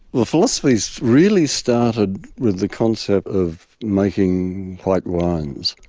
the philosophy so really started with the concept of making white wines.